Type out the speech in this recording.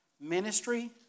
Ministry